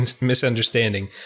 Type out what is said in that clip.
misunderstanding